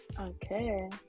Okay